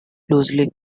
loosely